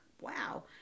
wow